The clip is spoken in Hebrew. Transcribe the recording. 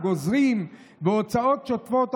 עוזרים והוצאות שוטפות,